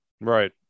Right